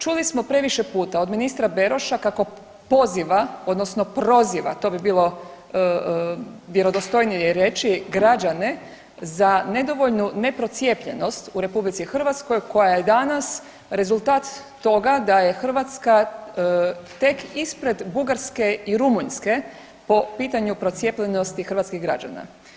Čuli smo previše puta od ministra Beroša kako poziva odnosno proziva, to bi bilo vjerodostojnije reći, građane za nedovoljnu neprocijepljenost u RH koja je danas rezultat toga da je Hrvatska tek ispred Bugarske i Rumunjske po pitanju procijepljenosti hrvatskih građana.